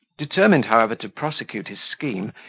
determined, however, to prosecute his scheme,